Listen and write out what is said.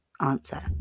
answer